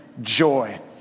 joy